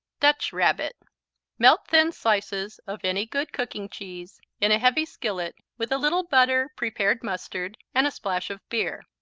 dutch rabbit melt thin slices of any good cooking cheese in a heavy skillet with a little butter, prepared mustard, and a splash of beer.